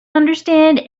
understand